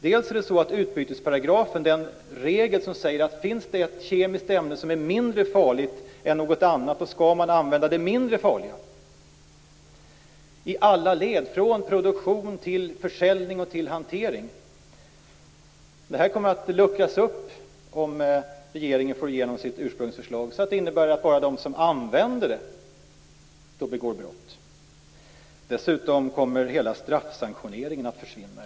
Det gäller bl.a. utbytesparagrafen, den regel som säger att om det finns ett medel som är mindre farligt än ett annat, skall man använda det mindre farliga. Den gäller för alla led; från produktion till försäljning och hantering. Den kommer, om regeringen får igenom sitt ursprungsförslag, att luckras upp på ett sådant sätt att det bara är användarna som begår brott. Dessutom kommer eventuellt hela straffsanktioneringen att försvinna.